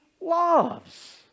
loves